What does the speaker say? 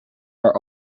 are